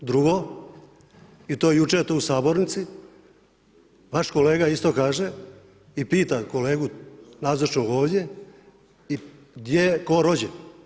Drugo, i to jučer tu u Sabornici, vaš kolega isto kaže i pita kolegu nazočnog ovdje gdje je tko rođen.